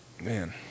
Man